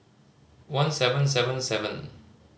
one seven seven seven